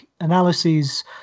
analyses